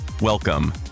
welcome